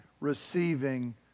receiving